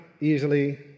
easily